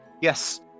Yes